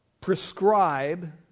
prescribe